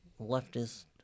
Leftist